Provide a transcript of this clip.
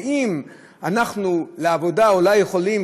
ואם אנחנו לעבודה אולי יכולים,